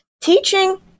teaching